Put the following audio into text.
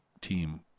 team